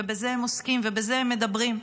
ובזה הם עוסקים ובזה הם מדברים.